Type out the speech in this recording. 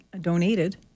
donated